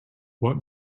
what